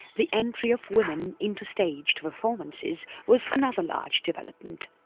the entry of women into staged performances was another large development.